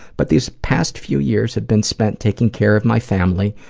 but these past few years have been spent taking care of my family,